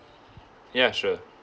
ya sure